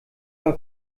war